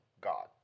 God